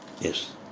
Yes